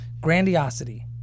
grandiosity